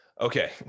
okay